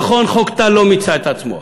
נכון, חוק טל לא מיצה את עצמו.